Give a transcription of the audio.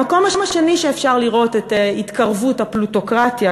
המקום השני שאפשר לראות בו את התקרבות הפלוטוקרטיה,